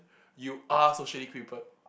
you are socially crippled